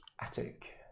attic